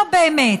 לא באמת: